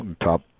top